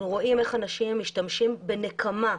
אנחנו רואים איך אנשים משתמשים בנקמה,